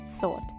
thought